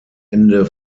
ende